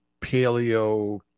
paleo